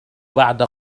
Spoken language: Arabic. بعد